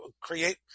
create